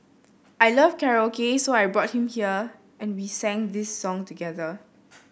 I love karaoke so I brought him there and we sang this song together